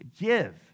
give